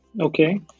Okay